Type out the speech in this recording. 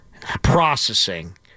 processing